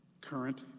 Current